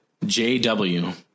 JW